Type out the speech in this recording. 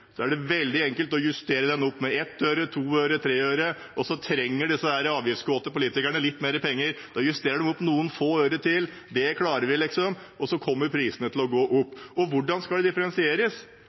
er det veldig enkelt å justere den opp med 1 øre, 2 øre, 3 øre, og trenger disse avgiftskåte politikerne litt mer penger, justerer en opp noen få øre til. Det klarer vi liksom, og så kommer prisene til å gå opp. Og hvordan skal det differensieres?